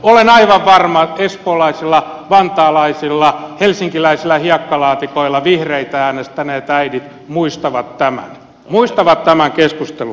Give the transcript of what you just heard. olen aivan varma että espoolaisilla vantaalaisilla helsinkiläisillä hiekkalaatikoilla vihreitä äänestäneet äidit muistavat tämän keskustelun